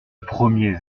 premiers